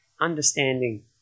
understanding